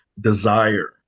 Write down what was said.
desire